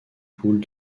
poules